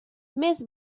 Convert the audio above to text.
més